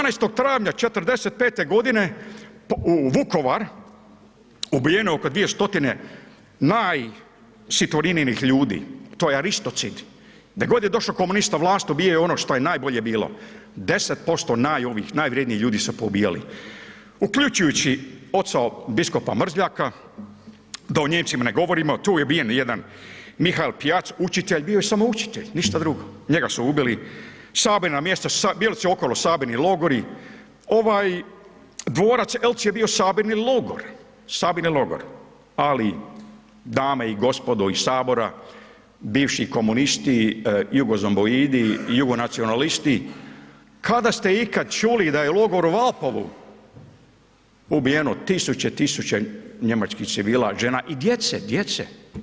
12. travnja '45.g. u Vukovar, ubijeno oko dvije stotine najsiturininih ljudi, to je aristocid, gdje god je došo komunista vlast, ubijao je ono što je najbolje bilo, 10% naj ovih najvrjednijih ljudi su poubijali, uključujući oca biskupa Mrzljaka, da o Nijemcima ne govorimo, tu je ubijen jedan Mihael Pjac, učitelj, bio je samo učitelj, ništa drugo, njega su ubili, sabirna mjesta, bili su okolo sabirni logori, ovaj dvorac Elc je bio sabirni logor, sabirni logor, ali dame i gospodo iz Sabora, bivši komunisti, jugozomboidi, jugonacionalisti, kada ste ikad čuli da je u logoru u Valpovu ubijeno tisuće, tisuće njemačkih civila, žena i djece, djece.